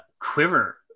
Quiver